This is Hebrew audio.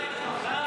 די כבר,